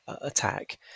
attack